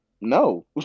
No